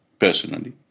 personally